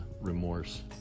remorse